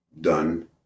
done